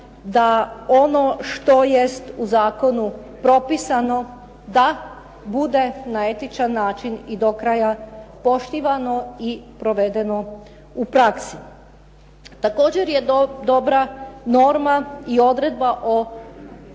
da ono što jest u zakonu propisano da bude na etičan način i do kraja poštivano i provedeno u praksi. Također je dobra norma i odredba o